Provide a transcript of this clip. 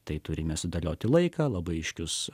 tai turime sudėlioti laiką labai aiškius